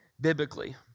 biblically